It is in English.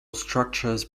structures